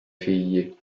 figli